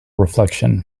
reflection